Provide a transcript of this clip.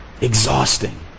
Exhausting